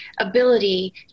ability